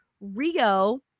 Rio